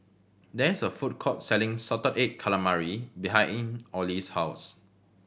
there is a food court selling salted egg calamari behind in Ollie's house